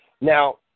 Now